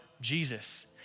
Jesus